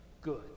good